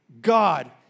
God